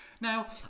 Now